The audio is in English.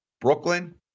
Brooklyn